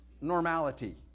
normality